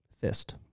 fist